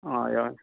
हय हय